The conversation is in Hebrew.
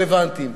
הרלוונטיים.